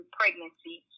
pregnancy